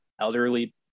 elderly